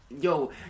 Yo